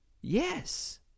Yes